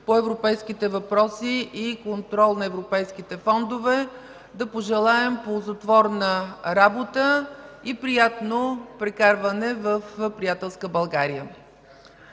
по европейските въпроси и контрол на европейските фондове. Да пожелаем ползотворна работа и приятно прекарване в приятелска България!